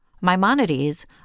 Maimonides